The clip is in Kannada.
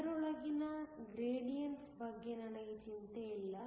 ಅದರೊಳಗಿನ ಗ್ರೇಡಿಯನ್ಸ್ ಬಗ್ಗೆ ನನಗೆ ಚಿಂತೆಯಿಲ್ಲ